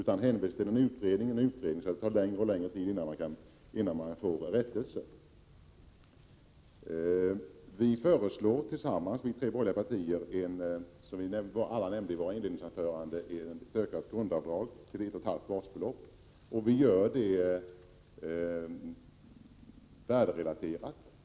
Man hemställer i stället om en utredning, vilket gör att det tar ännu längre tid innan det kan ske någon rättelse. De tre borgerliga partierna föreslår tillsammans, som vi alla nämnde i våra inledningsanföranden, ett till ett och ett halvt basbelopp ökat grundavdrag.